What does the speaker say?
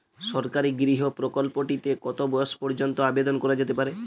সরকারি গৃহ প্রকল্পটি তে কত বয়স পর্যন্ত আবেদন করা যেতে পারে?